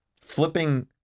flipping